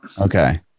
okay